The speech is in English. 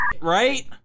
right